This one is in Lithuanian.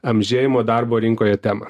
amžėjimo darbo rinkoje temą